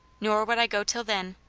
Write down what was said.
nor would i go till then.